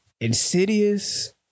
Insidious